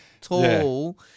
tall